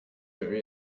there